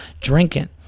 drinking